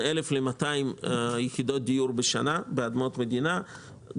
1,000 ל-1,200 יחידות דיור בשנה באדמות מדינה,